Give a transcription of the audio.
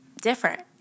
different